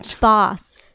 boss